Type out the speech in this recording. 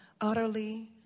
utterly